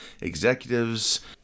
executives